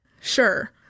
Sure